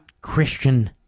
Christian